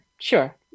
sure